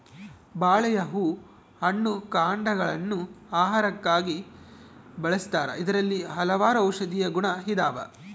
ಬಾಳೆಯ ಹೂ ಹಣ್ಣು ಕಾಂಡಗ ಳನ್ನು ಆಹಾರಕ್ಕಾಗಿ ಬಳಸ್ತಾರ ಇದರಲ್ಲಿ ಹಲವಾರು ಔಷದಿಯ ಗುಣ ಇದಾವ